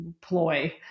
ploy